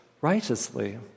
righteously